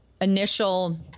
initial